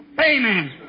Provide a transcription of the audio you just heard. Amen